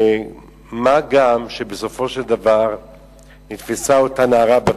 מה גם שבסופו של דבר נתפסה אותה נערה בת